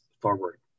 forward